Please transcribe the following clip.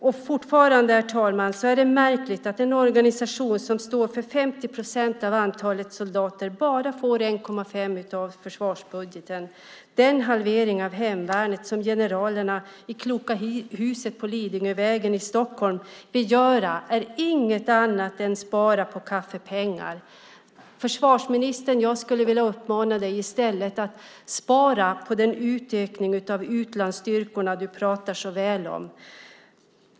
Det är fortfarande, herr talman, märkligt att en organisation som står för 50 procent av antalet soldater bara får 1,5 procent av försvarsbudgeten. Den halvering av hemvärnet som generalerna i kloka huset på Lidingövägen i Stockholm vill göra är inget annat än att spara på kaffepengar. Jag skulle vilja uppmana försvarsministern att i stället spara på den utökning av utlandsstyrkorna du talar så väl om.